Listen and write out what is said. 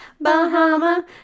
Bahama